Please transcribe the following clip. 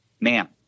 Ma'am